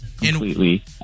completely